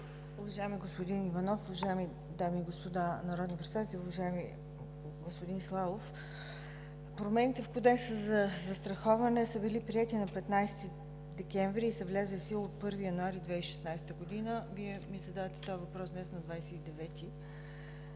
Уважаеми господин Иванов, уважаеми дами и господа народни представители! Уважаеми господин Славов, промените в Кодекса за застраховането са били приети на 15 декември и са влезли в сила от 1 януари 2016 г. Вие ми задавате този въпрос днес, на 29 януари.